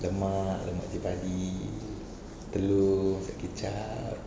lemak lemak cili padi telur masak kicap